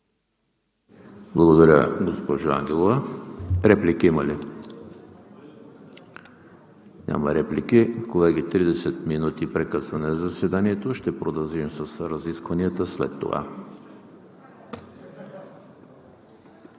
Благодаря, госпожо Ангелова. Реплики има ли? Няма. Колеги, 30 минути прекъсване на заседанието. Ще продължим с разискванията след това.